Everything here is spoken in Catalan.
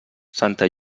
santa